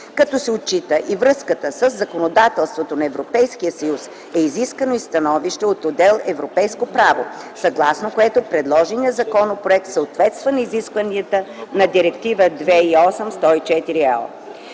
Като се отчита и връзката със законодателството на Европейския съюз, е изискано и становище от отдел „Европейско право”, съгласно което предложеният законопроект съответства на изискванията на Директива 2008/104/ЕО.